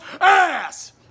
ass